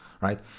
right